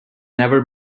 never